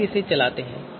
आइए इसे चलाते हैं